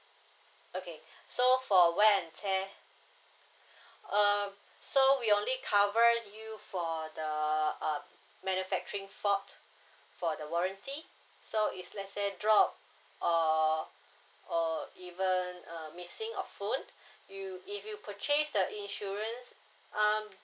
okay so for wear and tear uh so we only cover you for the uh manufacturing fault for the warranty so if let say dropped or or even uh missing of phone you if you purchased the insurance um